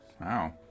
Wow